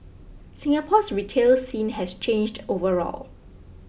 Singapore's retail scene has changed overall